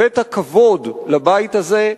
הבאת כבוד לבית הזה,